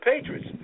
Patriots